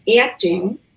acting